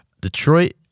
Detroit